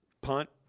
punt